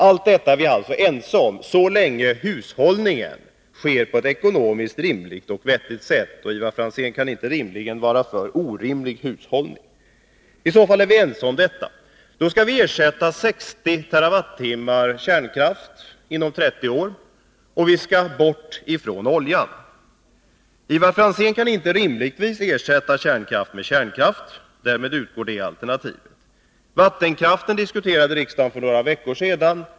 Allt detta är vi alltså ense om, så länge hushållningen sker på ett ekonomiskt rimligt och vettigt sätt — Ivar Franzén kan inte rimligen vara för en orimlig hushållning. Men så skall vi ersätta 60 TWh kärnkraft inom 30 år, och vi skall bort från oljan. Ivar Franzén kan inte rimligtvis ersätta kärnkraft med kärnkraft. Därmed utgår det alternativet. Vattenkraften diskuterade riksdagen för några veckor sedan.